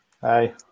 Hi